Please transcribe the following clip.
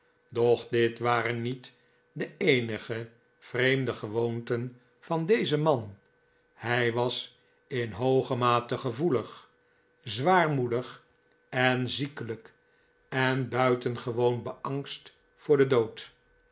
doch dit waren niet de eenige vreemde gewoonten van dezen man hij was in hooge mate gevoelig zwaarmoedig en ziekelijk en buitengewoon beangst voor den dood